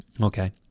Okay